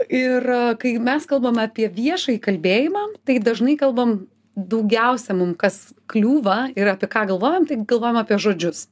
ir kai mes kalbame apie viešąjį kalbėjimą tai dažnai kalbam daugiausia mum kas kliūva ir apie ką galvojam tai galvojam apie žodžius